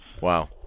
Wow